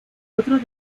otro